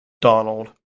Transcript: Donald